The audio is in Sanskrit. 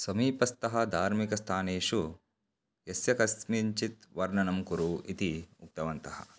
समीपस्थ धार्मिकस्थानेषु यस्य कस्मिञ्चित् वर्णनं कुरु इति उक्तवन्तः